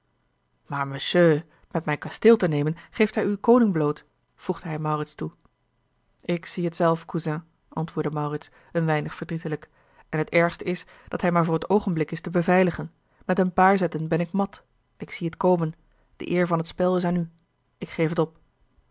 maar monseigneur met mijn kasteel te nemen geeft gij uw koning bloot voegde hij maurits toe ik zie t zelf cousin antwoordde maurits een weinig verdrietelijk en het ergste is dat hij maar voor t oogenblik is te beveiligen met een paar zetten ben ik mat ik zie t komen de eer van t spel is aan u ik geef t op